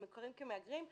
הם מוכרים כמהגרים,